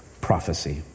prophecy